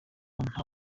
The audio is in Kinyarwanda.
nta